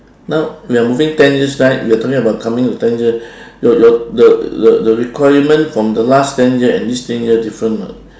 now we are moving ten years right we are talking about coming to ten years your your the the the requirement from the last ten years and this ten years different [what]